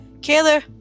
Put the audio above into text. Kayla